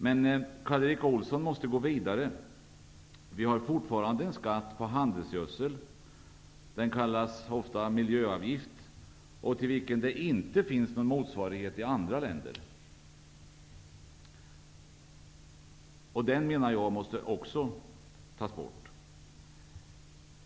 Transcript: Men Karl Erik Olsson måste gå vidare. Vi har fortfarande en skatt på handelsgödsel. Den kallas ofta miljöavgift. Men det finns inte någon motsvarighet till denna i andra länder. Jag menar att även den måste tas bort.